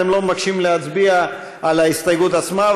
אתם לא מבקשים להצביע על ההסתייגות עצמה,